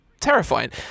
terrifying